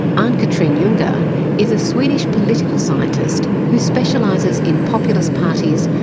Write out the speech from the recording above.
ann-cathrine jungar is a swedish political scientist who specialises in populist parties,